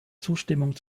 zustimmung